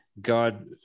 God